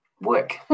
work